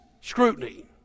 scrutiny